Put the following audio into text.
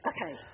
Okay